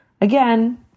Again